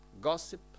gossip